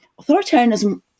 authoritarianism